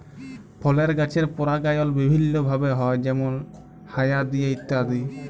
ফলের গাছের পরাগায়ল বিভিল্য ভাবে হ্যয় যেমল হায়া দিয়ে ইত্যাদি